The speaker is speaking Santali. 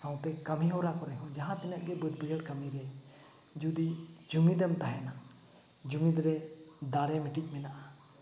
ᱥᱟᱶᱛᱮ ᱠᱟᱹᱢᱤ ᱦᱚᱨᱟ ᱠᱚᱨᱮᱜ ᱦᱚᱸ ᱡᱟᱦᱟᱸ ᱛᱤᱱᱟᱹᱜ ᱜᱮ ᱵᱟᱹᱫᱽ ᱵᱟᱹᱭᱦᱟᱹᱲ ᱠᱟᱹᱢᱤ ᱨᱮ ᱡᱩᱫᱤ ᱡᱩᱢᱤᱫᱮᱢ ᱛᱟᱦᱮᱱᱟ ᱡᱩᱢᱤᱫ ᱨᱮ ᱫᱟᱲᱮ ᱢᱤᱫᱴᱤᱡ ᱢᱮᱱᱟᱜᱼᱟ